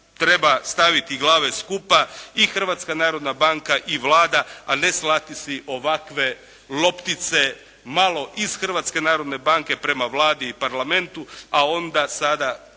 treba staviti glave skupa i Hrvatska narodna banka i Vlada a ne slati si ovakve loptice malo iz Hrvatske narodne banke prema Vladi i Parlamentu, a onda sada,